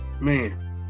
man